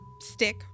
stick